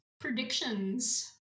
predictions